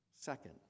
Second